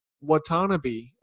Watanabe